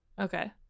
Okay